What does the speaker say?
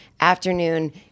Afternoon